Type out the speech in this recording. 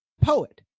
poet